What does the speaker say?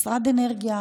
משרד האנרגיה,